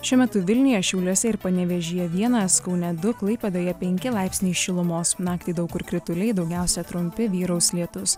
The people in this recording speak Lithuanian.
šiuo metu vilniuje šiauliuose ir panevėžyje vienas kaune du klaipėdoje penki laipsniai šilumos naktį daug kur krituliai daugiausia trumpi vyraus lietus